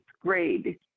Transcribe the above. grade